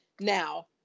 Now